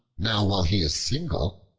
now while he is single,